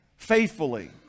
faithfully